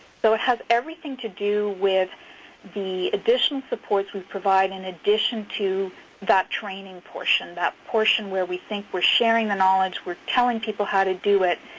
so it has everything to do with the additional supports we provide in addition to that training portion, that portion where we think we're sharing the knowledge and telling people how to do it.